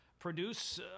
produce